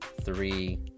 three